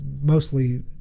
mostly